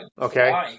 Okay